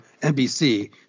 NBC